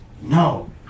No